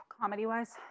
Comedy-wise